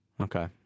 Okay